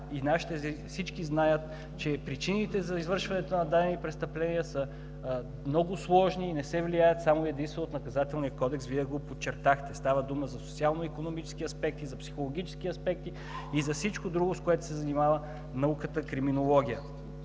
Знаем, и всички знаят, че причините за извършването на дадени престъпления са много сложни и не се влияят само и единствено от Наказателния кодекс – Вие го подчертахте. Става дума за социално-икономически аспекти, за психологически аспекти и за всичко друго, с което се занимава науката „Криминология“.